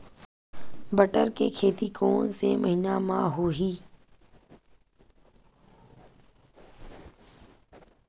बटर के खेती कोन से महिना म होही?